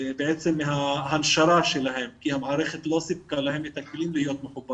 בעצם מההנשרה שלהם כי המערכת לא סיפקה להם את הכלים להיות מחוברים.